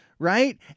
right